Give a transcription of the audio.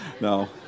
no